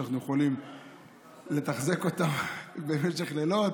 שאנחנו יכולים לתחזק אותם במשך לילות.